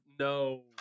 No